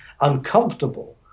uncomfortable